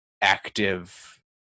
active